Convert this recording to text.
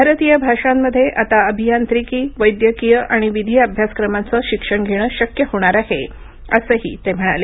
भारतीय भाषांमध्ये आता आभियांत्रिकी वैद्यकीय आणि विधी अभ्यासक्रमांचं शिक्षण घेणं शक्य होणार आहे असेही ते म्हणाले